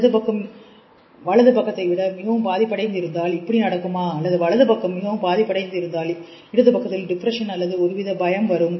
இடது பக்கம் வலது பக்கத்தை விட மிகவும் பாதிப்படைந்து இருந்தால் இப்படி நடக்குமா அல்லது வலது பக்கம் மிகவும் பாதிப்படைந்து இருந்தால் இடது பக்கத்தில் டிப்ரஷன் அல்லது ஒருவித பயம் வரும்